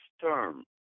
term